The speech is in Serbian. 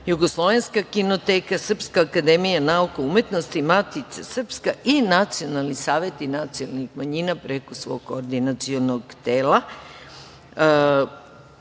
Jugoslovenska kinoteka, Srpska akademija nauka i umetnosti, Matica srpska i Nacionalni saveti nacionalnih manjina preko svog koordinacionog